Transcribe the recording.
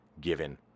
Given